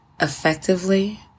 effectively